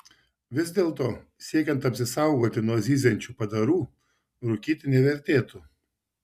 vis dėlto siekiant apsisaugoti nuo zyziančių padarų rūkyti nevertėtų